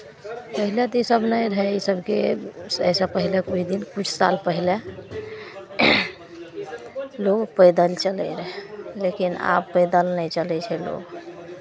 पहिले तऽ इसभ नहि रहय इसभके एहिसँ पहिले किछु साल पहिले लोक पैदल चलैत रहै लेकिन आब पैदल नहि चलै छै लोक